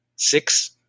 six